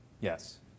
Yes